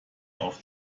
auf